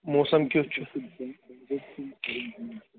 موسَم کیُتھ چھِ